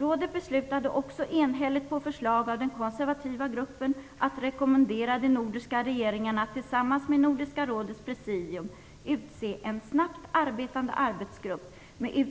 Rådet beslutade också enhälligt på förslag av den konservativa gruppen att rekommendera de nordiska regeringarna att tillsammans med Nordiska rådets presidium utse en snabbt arbetande arbetsgrupp med